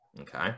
Okay